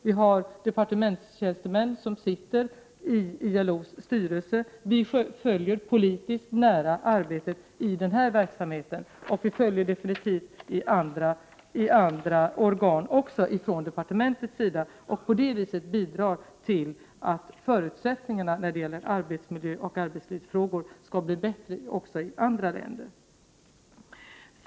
Vi har departementstjänstemän som sitter i ILO:s-styrelse. Vi följer politiskt nära arbetet i denna verksamhet, och vi följer från departementets sida definitivt också arbetet i andra organ. På det viset bidrar vi till att förutsättningarna när det gäller arbetsmiljöoch arbetslivsfrågor skall bli bättre också i andra länder.